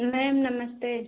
ma'am नमस्ते